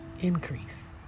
increase